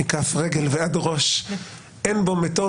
מכף רגל ועד ראש אין בו מתום,